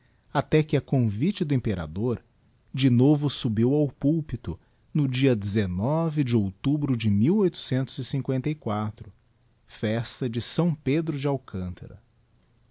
até que a convite do imperador de novo subiu ao púlpito no dia de outubro de festa de s pedro de alcântara